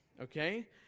okay